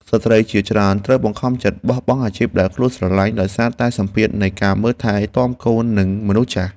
ស្ត្រីជាច្រើនត្រូវបង្ខំចិត្តបោះបង់អាជីពដែលខ្លួនស្រឡាញ់ដោយសារតែសម្ពាធនៃការមើលថែទាំកូននិងមនុស្សចាស់។